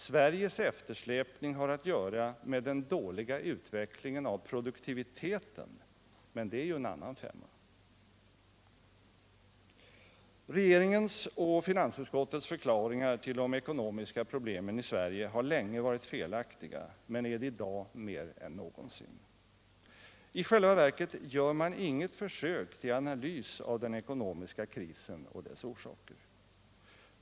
Sveriges eftersläpning har att göra med den dåliga utvecklingen av produktiviteten — men det är ju en annan femma. Regeringens och finansutskottets förklaringar till de ckonomiska problemen i Sverige har länge varit felaktiga men är det i dag mer än någonsin. I själva verket gör man inget försök tll analys av den ekonomiska krisen och dess orsaker.